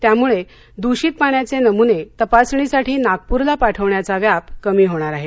त्यामुळं दुषित पाण्याचे नमुने तपासणीसाठी नागपूरला निरीमध्ये पाठवण्याचा व्याप कमी होणार आहे